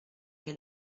che